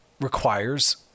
requires